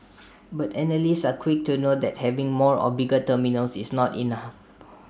but analysts are quick to note that having more or bigger terminals is not enough